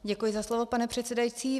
Děkuji za slovo, pane předsedající.